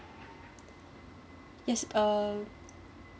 yes uh